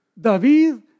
David